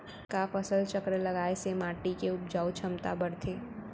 का फसल चक्र लगाय से माटी के उपजाऊ क्षमता बढ़थे?